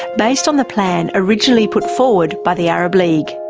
based on the plan originally put forward by the arab league.